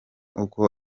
uko